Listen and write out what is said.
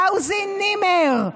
פאוזי נימר,